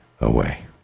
away